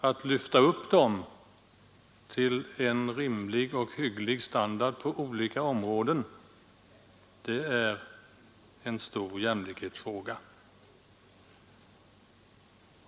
Att lyfta upp dessa människor till en rimlig och hygglig standard på olika områden det är en viktig jämlikhetsfråga.